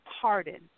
pardon